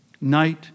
Night